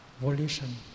volition